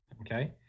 Okay